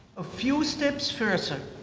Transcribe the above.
a few steps further,